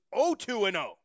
0-2-0